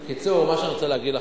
בקיצור, מה שאני רוצה להגיד לכם,